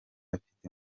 afite